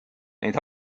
neid